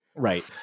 Right